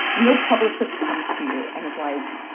no publicist comes to you and is like